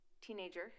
teenager